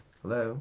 hello